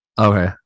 Okay